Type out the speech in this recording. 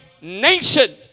nation